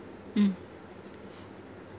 mm